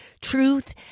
truth